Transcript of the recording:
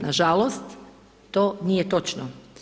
Nažalost to nije točno.